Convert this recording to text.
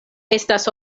estas